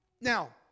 Now